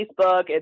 Facebook